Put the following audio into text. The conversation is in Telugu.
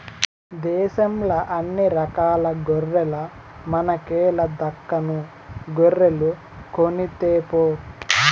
దేశంల అన్ని రకాల గొర్రెల మనకేల దక్కను గొర్రెలు కొనితేపో